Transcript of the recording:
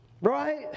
Right